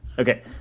Okay